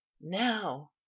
Now